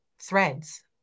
threads